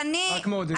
רק מעודד.